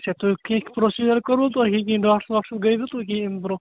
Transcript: اچھا تُہۍ کیٚنٛہہ پرٛوسِجَر کوٚروٕ تۄہہِ کیٚنٛہہ ڈاکٹَر واکٹَر گٔیوٕ تُہۍ کیٚنٛہہ ییٚمہِ برٛونٛہہ